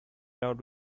lot